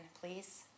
please